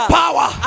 power